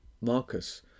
Marcus